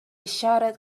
shouted